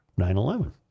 9-11